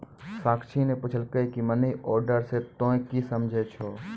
साक्षी ने पुछलकै की मनी ऑर्डर से तोंए की समझै छौ